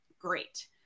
Great